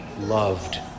loved